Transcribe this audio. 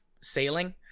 sailing